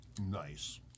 nice